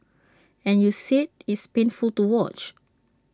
and you said it's painful to watch